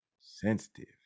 Sensitive